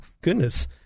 goodness